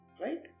Right